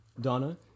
Donna